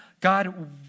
God